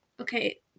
Okay